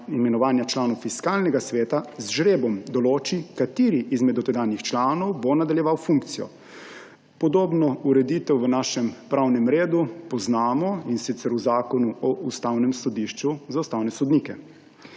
imenovanja članov Fiskalnega sveta z žrebom določi, kateri izmed dotedanjih članov bo nadaljeval funkcijo. Podobno ureditev v našem pravnem redu poznamo, in sicer v Zakonu o Ustavnem sodišču za ustavne sodnike.